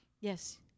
Yes